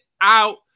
out